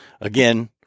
again